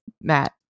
Matt